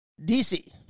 DC